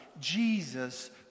Jesus